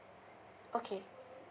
okay